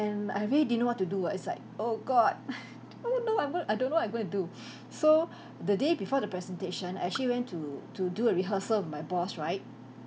I really didn't know to do ah it's like oh god oh no I'm going to I don't know what I'm going to do so the day before the presentation I actually went to to do a rehearsal with my boss right